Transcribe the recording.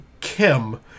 Kim